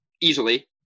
easily